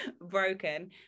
broken